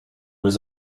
was